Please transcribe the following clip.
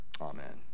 Amen